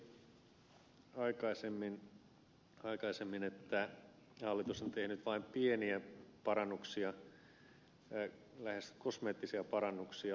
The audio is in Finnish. gustafsson totesi aikaisemmin että hallitus on tehnyt vain pieniä parannuksia lähes kosmeettisia parannuksia lapsiperheiden asemaan